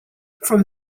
from